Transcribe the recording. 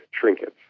trinkets